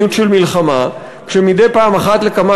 הקבועה בחוק לאותה